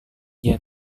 dia